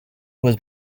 was